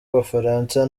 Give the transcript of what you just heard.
abafaransa